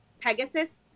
Pegasus